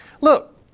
Look